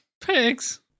pigs